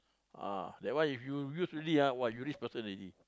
ah that one if you use already ah !wah! you rich person already